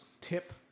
tip